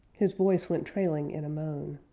his voice went trailing in a moan.